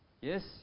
Yes